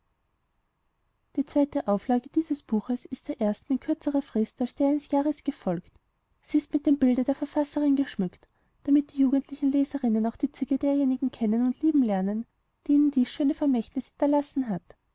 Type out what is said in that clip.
die zweite auflage dieses buches ist der ersten in kürzerer frist als der eines jahres gefolgt sie ist mit dem bilde der verfasserin geschmückt damit die jugendlichen leserinnen auch die züge derjenigen kennen und lieben lernen die ihnen dies schöne vermächtnis hinterlassen hat